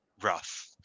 rough